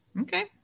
Okay